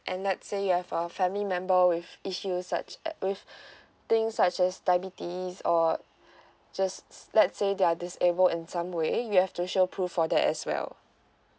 and let say you have a family member with issues such a~ with things such as diabetes or just let's say they are disabled in some way you have to show proof for that as well